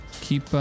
keep